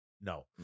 No